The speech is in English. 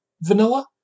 vanilla